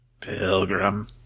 Pilgrim